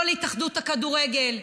לא להתאחדות הכדורגל,